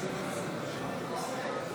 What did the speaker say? התקבלה.